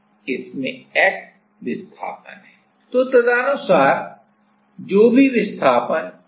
अब यदि कैंटीलेवर किसी स्थिति में स्थिर है तो यदि हम उन प्लेटों के बीच में कैपेसिटेंस को मापते हैं तो यह अपनी पहले की स्थिति से अलग है